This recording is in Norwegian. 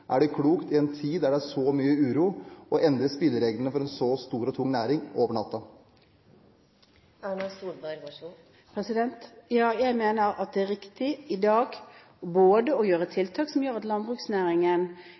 Er det klokt i en tid med så mye uro å endre spillereglene for en så stor og tung næring over natten? Ja, jeg mener det er riktig i dag